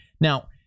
now